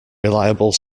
reliable